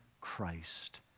Christ